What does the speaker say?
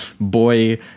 Boy